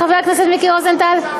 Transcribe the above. חבר הכנסת מיקי רוזנטל,